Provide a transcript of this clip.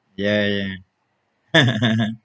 ya ya